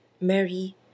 Mary